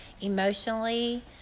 emotionally